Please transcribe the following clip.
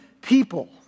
people